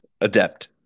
Adept